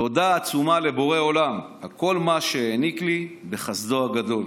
תודה עצומה לבורא עולם על כל מה שהעניק לי בחסדו הגדול.